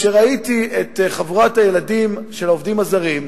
את חבורת הילדים של העובדים הזרים,